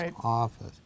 office